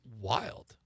wild